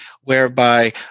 whereby